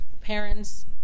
parents